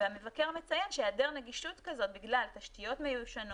המבקר מציין שהיעדר נגישות כזאת בגלל תשתיות מיושנות,